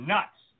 Nuts